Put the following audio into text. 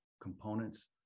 components